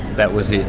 that was it.